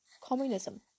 communism